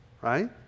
right